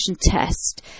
test